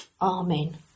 Amen